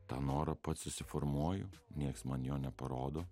tą norą pats susiformuoju nieks man jo neparodo